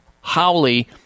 Howley